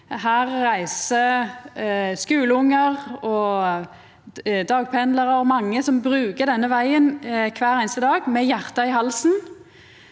Her reiser skuleungar og dagpendlarar og mange andre som bruker denne vegen kvar einaste dag, med hjartet i halsen.